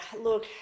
Look